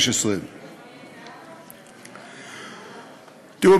התשע"ה 2015. תראו,